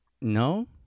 No